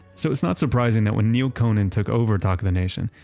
so it's not surprising that when neal conan took over talk of the nation,